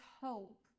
hope